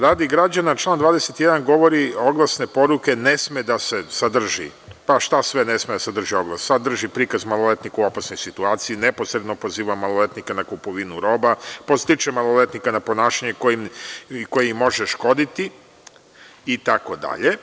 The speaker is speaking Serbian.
Radi građana, član 21. govori – oglasne poruke ne sme da sadrži, pa šta sve ne sme da sadrži oglas – da sadrži prikaz maloletnika u opasnoj situaciji, neposredno poziva maloletnika na kupovinu roba, podstiče maloletnika na ponašanje koje im može škoditi, itd.